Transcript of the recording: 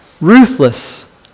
Ruthless